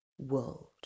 world